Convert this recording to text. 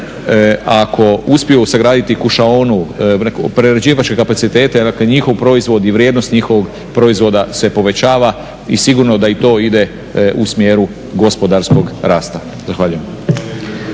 ako uspiju sagraditi kušaonu, prerađivačke kapacitete, dakle njihov proizvod i vrijednost njihovog proizvoda se povećava i sigurno da i to ide u smjeru gospodarskog rasta. Zahvaljujem.